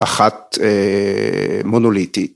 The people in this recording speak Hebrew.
אחת מונוליטית.